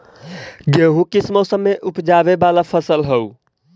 गेहूं किस मौसम में ऊपजावे वाला फसल हउ?